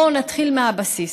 בואו נתחיל מהבסיס.